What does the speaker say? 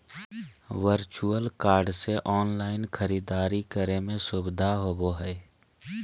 virtual card से online खरीदारी करे में सुबधा होबो हइ